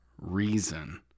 reason